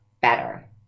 better